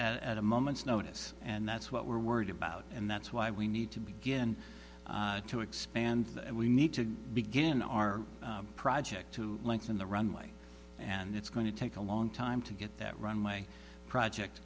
at a moment's notice and that's what we're worried about and that's why we need to begin to expand and we need to begin our project to lengthen the runway and it's going to take a long time to get that runway project